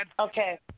Okay